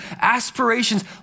aspirations